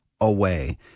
away